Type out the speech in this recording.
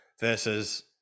versus